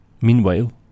Meanwhile